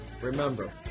Remember